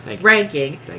ranking